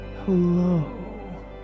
Hello